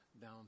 down